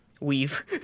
Weave